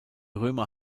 römer